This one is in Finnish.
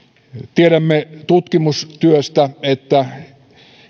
tiedämme tutkimustyöstä että